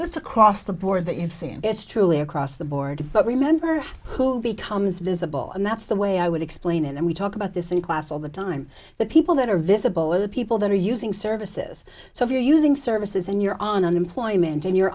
this across the board that you've seen it's truly across the board but remember who becomes visit and that's the way i would explain it and we talk about this in class all the time the people that are visible are the people that are using services so if you're using services and you're on unemployment and you're